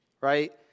right